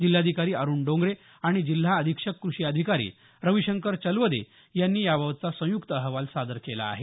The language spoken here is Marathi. जिल्हाधिकारी अरुण डोंगरे आणि जिल्हा अधिक्षक कृषी अधिकारी रविशंकर चलवदे यांनी याबाबतचा संयुक्त अहवाल सादर केला आहे